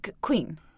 queen